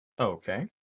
Okay